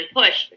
push